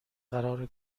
قرار